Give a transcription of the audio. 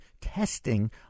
testing